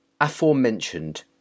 aforementioned